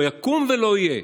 לא יקום ולא יהיה.